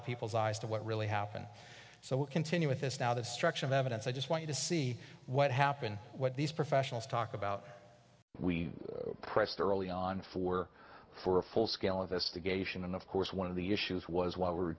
of people's eyes to what really happened so we continue with this now the structure of evidence i just want to see what happened what these professionals talk about we pressed early on for for a full scale investigation and of course one of the issues was wh